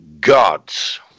God's